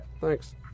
Thanks